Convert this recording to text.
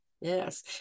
Yes